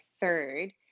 third